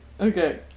Okay